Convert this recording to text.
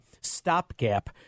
stopgap